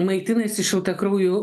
maitinasi šiltakraujų